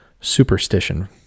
superstition